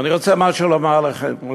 ואני רוצה לומר לכם משהו,